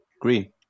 Green